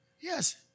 Yes